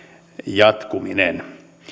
jatkuminen